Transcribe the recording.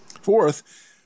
Fourth